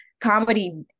Comedy